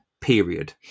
period